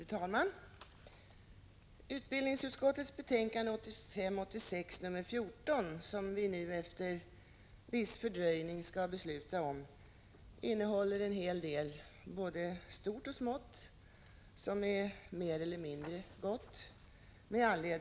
Fru talman! Utbildningsutskottets betänkande 1985/86:14 med anledning av budgetpropositionen som vi nu efter viss fördröjning skall besluta om innehåller en hel del stort och smått mer eller mindre gott.